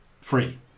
free